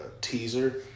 teaser